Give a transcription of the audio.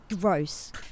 gross